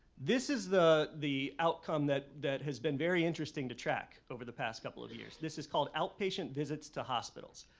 this is the the outcome that that has been very interesting to track over the past couple of years. this is called outpatient visits to hospitals.